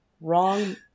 wrong